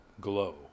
glow